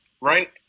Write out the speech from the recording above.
right